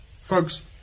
Folks